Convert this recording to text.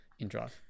InDrive